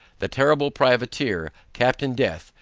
the terrible privateer, captain death,